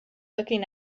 looking